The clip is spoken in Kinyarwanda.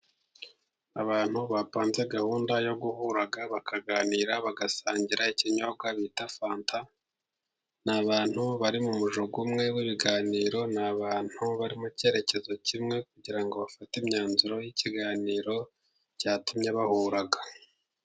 Abantu bapanze gahunda yo guhura bakaganira bagasangira ikinyobwa bita fanta. Ni abantu bari mu mujyo umwe w'ibiganiro, ni abantu bari mu cyerekezo kimwe, kugira ngo bafate imyanzuro y'ikiganiro cyatumye bahura.